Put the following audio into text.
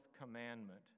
commandment